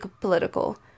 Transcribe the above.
political